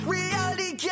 Reality